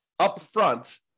upfront